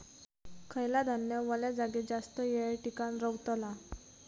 खयला धान्य वल्या जागेत जास्त येळ टिकान रवतला?